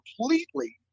completely